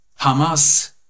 Hamas